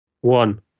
One